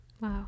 Wow